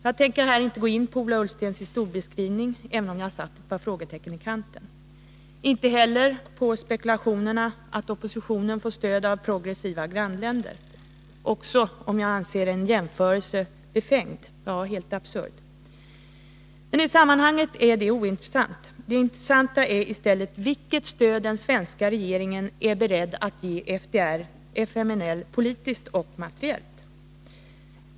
Jag tänker här inte gå in på Ola Ullstens historiebeskrivning, även om jag satt ett par frågetecken i kanten, och inte heller på spekulationerna att oppositionen får stöd av progressiva grannländer, också om jag anser en sådan jämförelse befängd — ja, helt absurd. I sammanhanget är detta ointressant. Det intressanta är i stället vilket stöd den svenska regeringen är beredd att ge FDR/FMNL politiskt och materiellt.